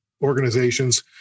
organizations